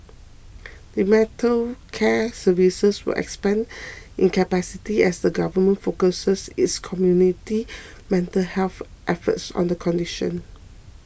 dementia care services will expand in capacity as the Government focuses its community mental health efforts on the condition